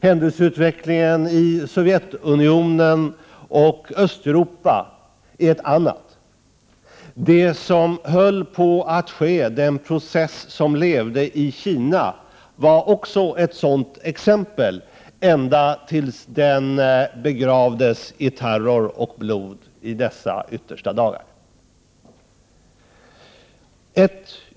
Händelseutvecklingen i Sovjetunionen och i Östeuropa är ett annat. Den process som levde i Kina var också ett sådant exempel, ända tills den begravdes i terror och blod i dessa yttersta dagar.